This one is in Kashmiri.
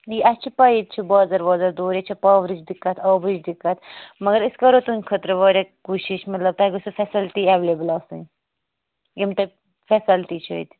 اَسہِ چھِ پاے ییٚتہ چھُ بازر وازر دوٗر ییٚتہ چھ پاورٕچ دِقت آبچ دِقت مگر أسۍ کرو تُہٕنٛد خٲطرٕ واریاہ کوشِش مَطلَب تۄہہِ گٔژھِو فیسلٹی ایٚولیبٕل آسٕنۍ یِم تۄہہِ فیسَلٹی چھو ییٚتہِ